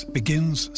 begins